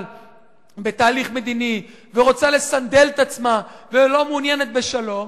בתהליך מדיני ורוצה לסנדל את עצמה ולא מעוניינת בשלום,